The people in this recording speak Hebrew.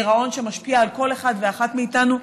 גירעון שמשפיע על כל אחד ואחת מאיתנו,